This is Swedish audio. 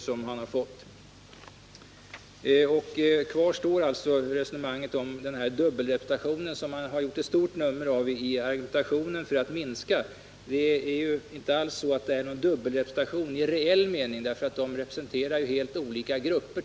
Kvar står resonemanget om dubbelrepresentationen som regeringen vill minska och som man gjort ett stort nummer av i argumentationen. Det är inte någon dubbelrepresentation i reell mening, för de avsedda representanterna företräder trots allt olika grupper.